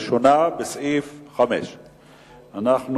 הראשונה בסעיף 5 לא נתקבלה.